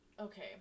Okay